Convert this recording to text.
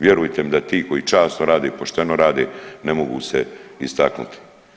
Vjerujte mi da ti koji časno rade i pošteno rade ne mogu se istaknuti.